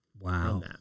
wow